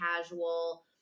casual